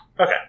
Okay